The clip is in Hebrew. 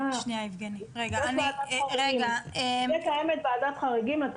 בשביל זה קיימת ועדת החריגים.